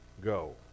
go